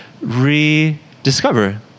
rediscover